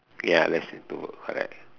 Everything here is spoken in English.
ya less than two correct